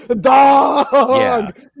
Dog